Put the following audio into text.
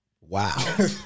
Wow